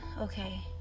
okay